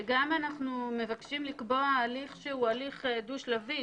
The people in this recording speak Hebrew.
וגם אנחנו מבקשים לקבוע הליך שהוא הליך דו שלבי,